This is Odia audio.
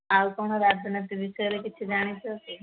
ଆଉ କ'ଣ ରାଜନୀତି ବିଷୟରେ କିଛି ଜାଣିଛନ୍ତି